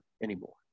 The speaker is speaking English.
anymore